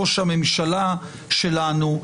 ראש הממשלה שלנו,